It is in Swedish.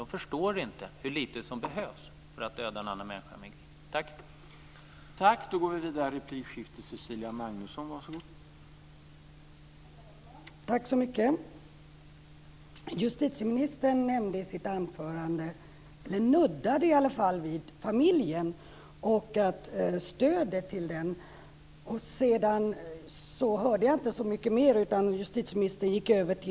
De förstår inte hur lite som behövs för att döda en annan människa med en kniv.